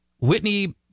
Whitney